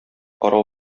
карау